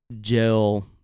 gel